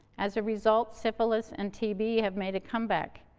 as a result, syphilis and tb have made a comeback.